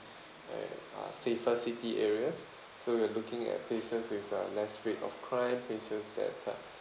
a uh safer city areas so we are looking at places with uh less rate of crime places that uh